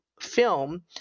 film